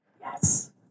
Yes